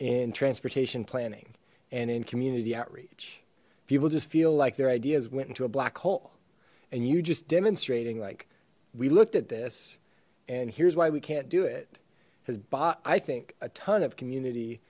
in transportation planning and in community outreach people just feel like their ideas went into a black hole and you just demonstrating like we looked at this and here's why we can't do it has bought i think a ton of community